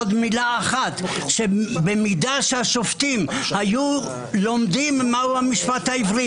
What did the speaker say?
אם השופטים היו לומדים מה המשפט העברי